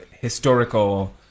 historical